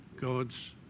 God's